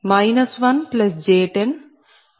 5j5 1j10 0